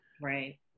right